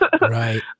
Right